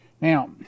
Now